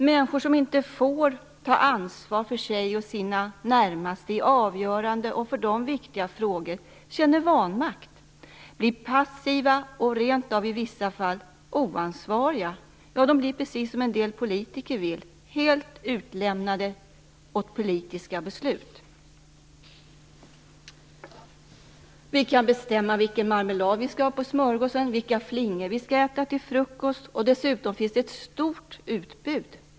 Människor som inte får ta ansvar för sig och sina närmaste i avgörande och för dem viktiga frågor känner vanmakt, blir passiva och i vissa fall rent av oansvariga. De blir, precis som en del politiker vill, helt utlämnade åt politiska beslut. Vi kan bestämma vilken marmelad vi skall ha på smörgåsen och vilka flingor vi skall äta till frukost, och dessutom finns det ett stort utbud.